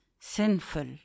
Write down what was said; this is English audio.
sinful